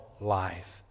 life